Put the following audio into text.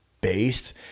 based